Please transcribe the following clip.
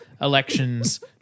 elections